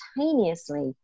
instantaneously